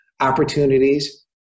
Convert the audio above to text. opportunities